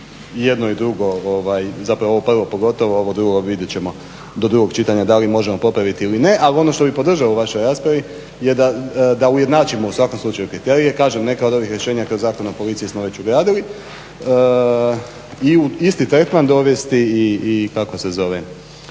jedno i drugo, zapravo ovo prvo pogotovo, ovo drugo vidjet ćemo do drugog čitanja da li možemo popraviti ili ne, a ono što bi podržao u vašoj raspravi je da ujednačimo u svakom slučaju kriterije. Kažem neka od ovih rješenja kroz Zakon o policiji smo već odradili i u isti tretman dovesti i, kako se zove,